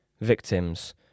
victims